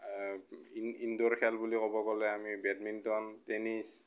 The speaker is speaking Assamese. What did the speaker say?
ইন ইন্দোৰ খেল বুলি ক'ব গলে আমি বেডমিণ্টন টেনিচ